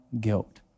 guilt